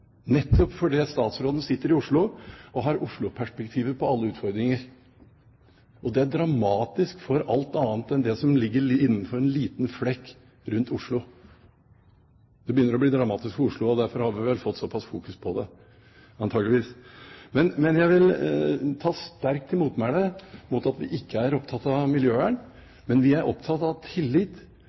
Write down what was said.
nettopp fordi statsråden sitter i Oslo og har Oslo-perspektiv på alle utfordringer. Det er dramatisk for alt annet enn det som ligger innenfor en liten flekk rundt Oslo. Det begynner å bli dramatisk for Oslo også, derfor har vi vel fått såpass fokus på det – antageligvis! Men jeg vil ta sterkt til motmæle mot at vi ikke er opptatt av miljøvern. Vi er opptatt av at tillit